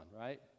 right